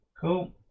cool